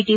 T